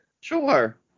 sure